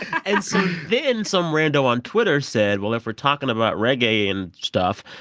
and so then some rando on twitter said, well, if we're talking about reggae and stuff,